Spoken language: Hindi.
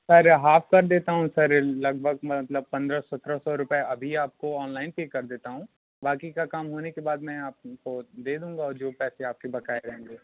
सर हाफ़ कर देता हूँ सर लगभग मतलब पंद्रह सत्रह सौ रुपये अभी आपको ऑनलाइन पे कर देता हूँ बाक़ी का काम होने के बाद मैं आपको दे दूँगा और जो पैसे आपका बकाया रहेंगे